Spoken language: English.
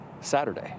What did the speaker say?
Saturday